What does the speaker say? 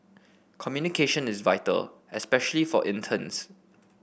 communication is vital especially for interns